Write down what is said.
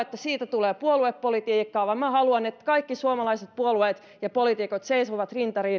että siitä tulee puoluepolitiikkaa vaan minä haluan että kaikki suomalaiset puolueet ja poliitikot seisovat rinta